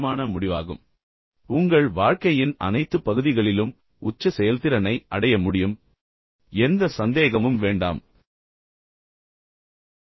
நீங்கள் உண்மையிலேயே வேலை செய்யும் ஒரு வாழ்க்கையை வாழ முடியும் மற்றும் உங்கள் வாழ்க்கையின் அனைத்து பகுதிகளிலும் உச்ச செயல்திறனை அடைய முடியும் எந்த சந்தேகமும் வேண்டாம் நீங்கள் உண்மையிலேயே வேலை செய்யும் வாழ்க்கையை வாழ முடியும்